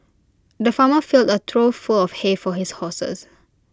the farmer filled A trough full of hay for his horses